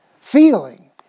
Feeling